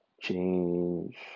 change